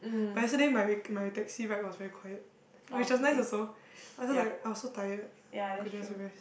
but yesterday my my taxi ride was very quiet which was nice also I was just like I was so tired could just rest